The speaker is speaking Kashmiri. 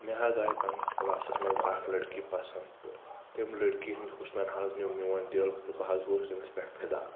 مےٚ حظ آیہِ پننِس کلاسس منٛز اکھ لڑکی پسنٛد تہٕ تٔمۍ لڑکی ہِنٛد حُسنن حظ نیوٗ میون دِل تہٕ بہٕ حظ گوٚوُس تٔمِس پٮ۪ٹھ فدا